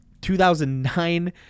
2009